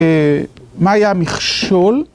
מה היה המכשול?